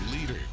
leader